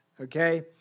okay